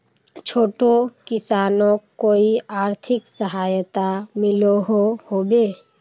छोटो किसानोक कोई आर्थिक सहायता मिलोहो होबे?